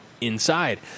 inside